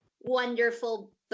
wonderful